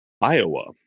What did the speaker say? Iowa